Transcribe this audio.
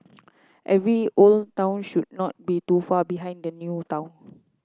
every old town should not be too far behind the new town